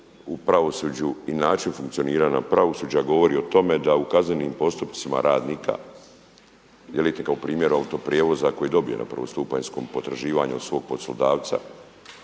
u pravosuđu i način funkcioniranja pravosuđa govori o tome da u kaznenim postupcima radnika … primjera autoprijevoza koji je dobio na prvostupanjskom potraživanja od svog poslodavca